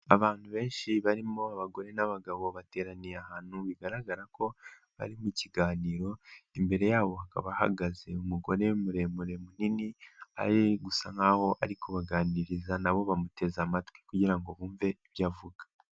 Abantu benshi barimo abagore n'abagabo bateraniye ahantu bigaragara ko bari mu kiganiro, imbere yabo hakaba hahagaze umugore muremure munini, ari gusa nkaho ari kubaganiriza na bo bamuteze amatwi kugira ngo bumve ibyo avuga.